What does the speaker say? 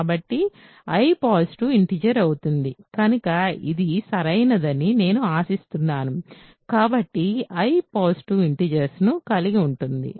కాబట్టి I positive integer అవుతుంది కనుక ఇది సరైనదని నేను ఆశిస్తున్నాను కాబట్టి I పాజిటివ్ ఇంటిజర్స్ ను కలిగి ఉంటుంది